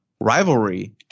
rivalry